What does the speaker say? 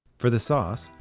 for the sauce,